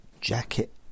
jacket